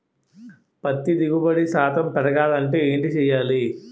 పత్తి దిగుబడి శాతం పెరగాలంటే ఏంటి చేయాలి?